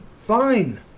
fine